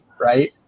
right